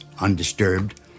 undisturbed